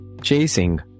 Chasing